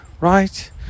right